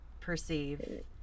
perceive